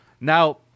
Now